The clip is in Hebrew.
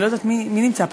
מי נמצא פה?